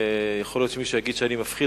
יכול להיות שמישהו יגיד שאני מפחיד.